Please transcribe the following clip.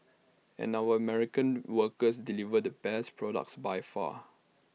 and our American workers deliver the best products by far